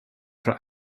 for